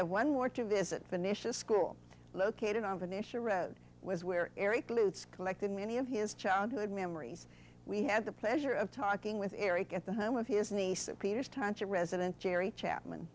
have one more to visit finish a school located on finish a road was where eric lutes collected many of his childhood memories we had the pleasure of talking with eric at the home of his niece peters township resident jerry chapman